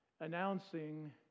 announcing